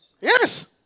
Yes